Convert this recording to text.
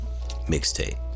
mixtape